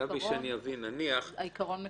העיקרון מקובל.